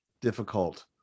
difficult